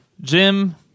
jim